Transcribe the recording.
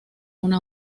una